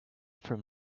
from